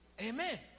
amen